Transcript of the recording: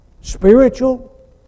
Spiritual